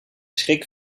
schrik